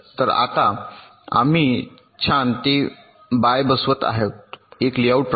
तर आता आम्ही छान ते बाय बसवत आहोत एक लेआउट प्रकार